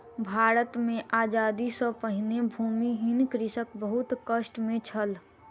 भारत मे आजादी सॅ पहिने भूमिहीन कृषक बहुत कष्ट मे छल